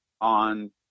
on